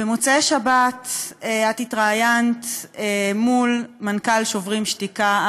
במוצאי שבת את התראיינת מול מנכ"ל שוברים שתיקה,